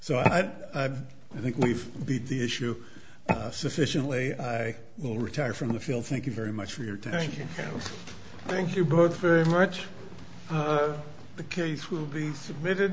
don't think we've beat the issue sufficiently i will retire from the field thank you very much for your thank you thank you both very much the case will be submitted